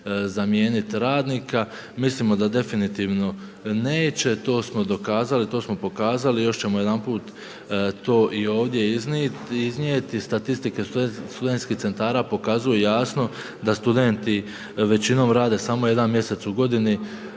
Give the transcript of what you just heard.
zamijeniti radnika. Mislimo da definitivno neće. To smo dokazali. To smo pokazali. Još ćemo jedanput to i ovdje iznijeti. Statistike studentskih centara pokazuju jasno da studenti većinom rade samo jedan mjesec u godini,